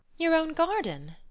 your own garden!